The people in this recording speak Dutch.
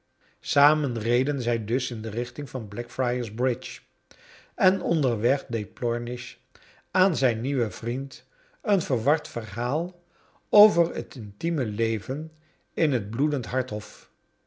samen reden zij dus in de richting van blackfriars bridge en onderweg deed plornish aan zijn nieuwen vriend een verward verhaal over het intieme leven in het bloedend hart hof